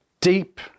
deep